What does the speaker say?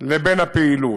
לבין הפעילות.